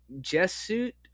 Jesuit